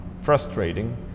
frustrating